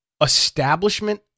establishment